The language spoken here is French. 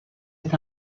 est